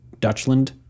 Dutchland